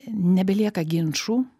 nebelieka ginčų